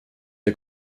der